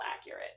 accurate